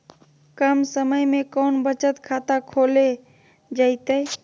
कम समय में कौन बचत खाता खोले जयते?